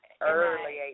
Early